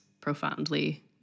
profoundly